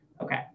Okay